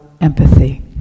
empathy